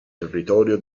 territorio